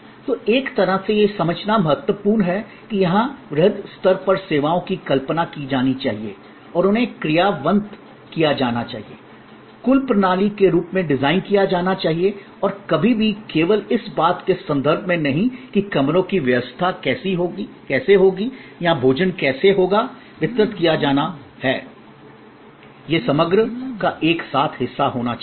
तो एक तरह से यह समझना महत्वपूर्ण है कि यहाँ वृहद स्तर पर सेवाओं की कल्पना की जानी चाहिए और उन्हें क्रियान्वित किया जाना चाहिए कुल प्रणाली के रूप में डिज़ाइन किया जाना चाहिए और कभी भी केवल इस बात के संदर्भ में नहीं कि कमरों की व्यवस्था कैसे होगी या भोजन कैसे होगा वितरित किया जाना है यह समग्र का एक साथ हिस्सा होना है